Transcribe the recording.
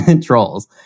Trolls